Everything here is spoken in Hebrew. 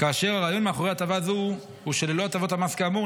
כאשר הרעיון מאחורי הטבה זו הוא שללא הטבות המס כאמור,